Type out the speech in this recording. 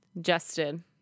justin